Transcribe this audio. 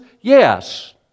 Yes